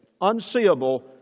unseeable